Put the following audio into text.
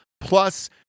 plus